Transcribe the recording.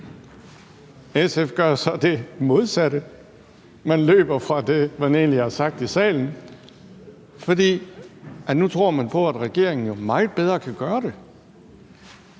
SF gør så det modsatte. Man løber fra det, man egentlig har sagt i salen, fordi man nu tror på, at regeringen meget bedre kan gøre det.